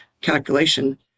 calculation